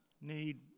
need